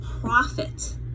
profit